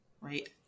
right